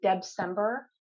December